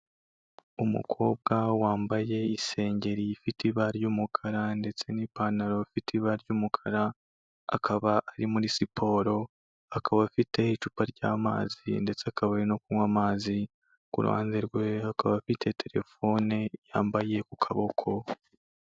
Umukobwa wambaye isengeri ifite ibara ry'umukara ndetse n'ipantaro ifite ibara ry'umukara, akaba ari muri siporo, akaba afite icupa ry'amazi ndetse akaba ari no kunywa amazi. Ku ruhande rwe akaba afite terefone yambaye ku kaboko.